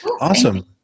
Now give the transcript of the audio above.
Awesome